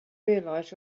realize